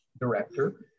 director